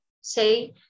say